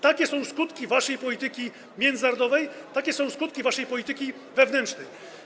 Takie są już skutki waszej polityki międzynarodowej, takie są skutki waszej polityki wewnętrznej.